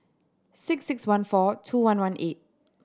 six six one four two one one eight